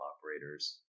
operators